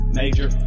major